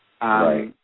Right